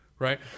Right